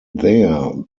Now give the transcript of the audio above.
there